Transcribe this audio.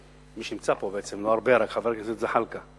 מי שנמצא פה, בעצם לא הרבה, רק חבר הכנסת זחאלקה,